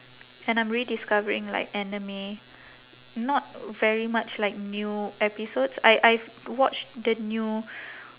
and I'm rediscovering like anime not very much like new episodes I I've watched the new